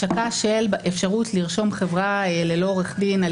השקה של אפשרות לרשום חברה ללא עורך דין על